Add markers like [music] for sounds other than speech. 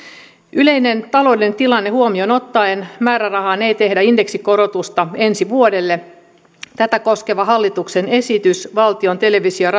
yleinen taloudellinen tilanne huomioon ottaen määrärahaan ei tehdä indeksikorotusta ensi vuodelle tätä koskeva hallituksen esitys valtion televisio ja [unintelligible]